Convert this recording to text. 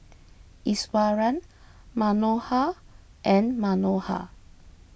Iswaran Manohar and Manohar